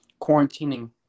quarantining